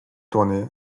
tournée